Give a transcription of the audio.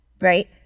Right